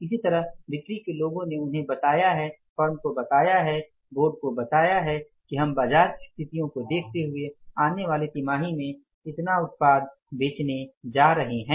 इसी तरह बिक्री के लोगों ने उन्हें बताया है फर्म को बताया है बोर्ड को बताया कि हम बाजार की स्थितियों को देखते हुए आने वाले तिमाही में इतना उत्पाद बेचने जा रहे हैं